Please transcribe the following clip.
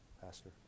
Pastor